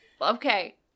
Okay